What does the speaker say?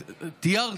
תיארתי,